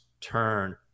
turn